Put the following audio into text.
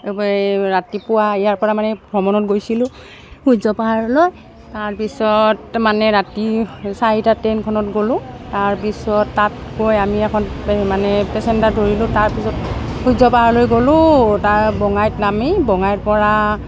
ৰাতিপুৱা ইয়াৰ পৰা মানে ভ্ৰমণত গৈছিলোঁ সূৰ্য পাহাৰলৈ তাৰপিছত মানে ৰাতি চাৰিটাৰ ট্ৰেইনখনত গ'লোঁ তাৰপিছত তাত গৈ আমি এখন মানে পেচেঞ্জাৰ ধৰিলোঁ তাৰপিছত সূৰ্য পাহাৰলৈ গ'লোঁ তাৰ বঙাইত নামি বঙাইৰ পৰা